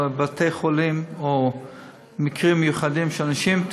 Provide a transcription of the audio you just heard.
בתי חולים או מקרים מיוחדים של אנשים,